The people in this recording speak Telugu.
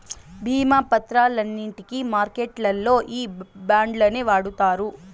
భీమా పత్రాలన్నింటికి మార్కెట్లల్లో ఈ బాండ్లనే వాడుతారు